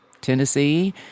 Tennessee